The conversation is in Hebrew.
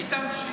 ראית?